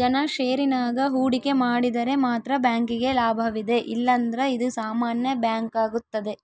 ಜನ ಷೇರಿನಾಗ ಹೂಡಿಕೆ ಮಾಡಿದರೆ ಮಾತ್ರ ಬ್ಯಾಂಕಿಗೆ ಲಾಭವಿದೆ ಇಲ್ಲಂದ್ರ ಇದು ಸಾಮಾನ್ಯ ಬ್ಯಾಂಕಾಗುತ್ತದೆ